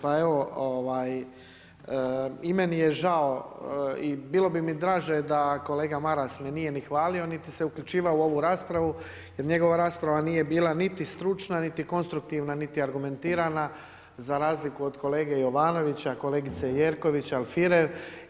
Pa evo i meni je žao i bilo bi mi draže da kolega Maras me nije ni hvalio, niti se uključivao u ovu raspravu, jer njegova rasprava nije bila niti stručna, niti konstruktivna, niti argumentirana za razliku od kolege Jovanovića, kolegice Jerković, Alfirev.